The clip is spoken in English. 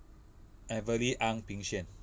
evelie ang bing xuan